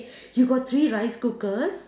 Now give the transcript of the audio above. you got three rice cookers